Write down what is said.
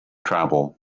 travel